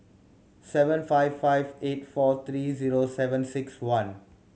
seven five five eight four three zero seven six one